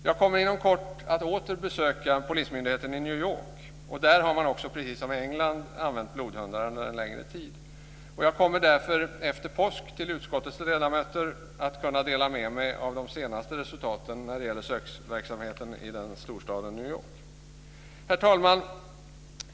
Jag kommer inom kort att åter besöka polismyndigheten i New York där man också, precis som i England, har använt blodhundar under en längre tid. Jag kommer därför att efter påsk till utskottets ledamöter kunna dela med mig av de senaste resultaten när det gäller sökverksamheten i storstaden New Herr talman!